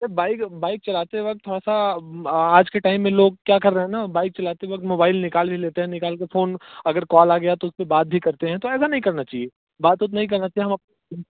bike bike चलाते वक़्त थोड़ा सा आज के टाइम पर मोबाईल निकाल भी लेते हैं निकाल कर फ़ोन अगर कॉल आ गया तो उस पर बात भी करते है तो ऐसा नहीं करना चाहिए बात वात नहीं करना चाहिए